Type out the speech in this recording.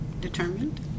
Determined